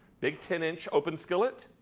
big ten inch open skillet,